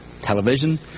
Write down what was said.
television